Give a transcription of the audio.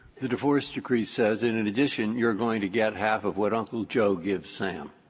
the divorce decree says and in addition, you're going to get half of what uncle joe gives sam,